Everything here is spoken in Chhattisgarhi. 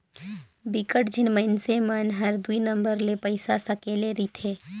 बिकट झिन मइनसे मन हर दुई नंबर ले पइसा सकेले रिथे